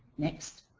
next.